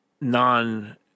non